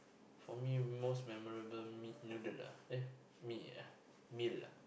for me most memorable meat noodle ah eh mee ah meal ah